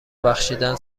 بخشیدن